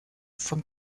vom